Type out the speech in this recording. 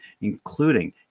including